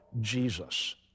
Jesus